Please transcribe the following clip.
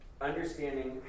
understanding